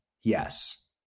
yes